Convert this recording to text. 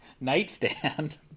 nightstand